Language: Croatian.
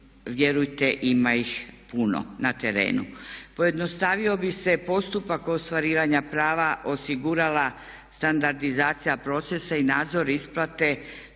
vjerujte ima ih puno na terenu. Pojednostavio bi se postupak ostvarivanja prava, osigurala standardizacija procesa i nadzor isplate te